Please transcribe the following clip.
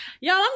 Y'all